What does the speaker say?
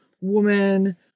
woman